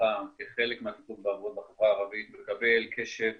במשפחה כחלק מהטיפול בעבירות בחברה הערבית מקבל קשב